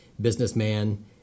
businessman